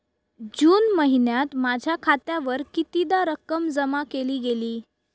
जून महिन्यात माझ्या खात्यावर कितीदा रक्कम जमा केली गेली?